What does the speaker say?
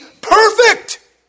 perfect